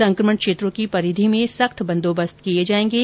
संकमण क्षेत्रों की परिधि में सख्त बंदोबस्त किए जाएंगे